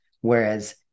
Whereas